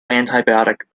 antibiotic